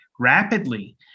rapidly